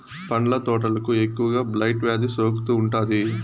పండ్ల తోటలకు ఎక్కువగా బ్లైట్ వ్యాధి సోకుతూ ఉంటాది